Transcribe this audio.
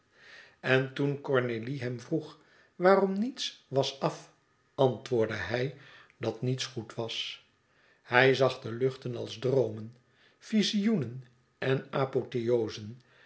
en toen cornélie hem vroeg waarom niets was àf antwoordde hij dat niets goed was hij zag de luchten als droomen vizioenen en apotheozen